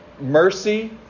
mercy